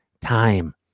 time